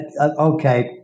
Okay